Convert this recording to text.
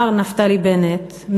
מר נפתלי בנט,